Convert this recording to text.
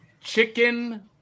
Chicken